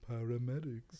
paramedics